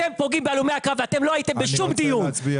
אתם פוגעים בהלומי הקרב ואתם לא הייתם בשום דיון,